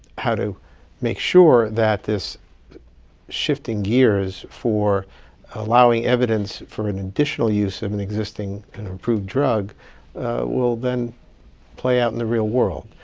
how to make sure that this shifting gears for allowing evidence for an additional use of an existing kind of approved drug will then play out in the real world.